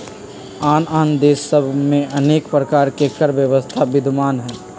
आन आन देश सभ में अनेक प्रकार के कर व्यवस्था विद्यमान हइ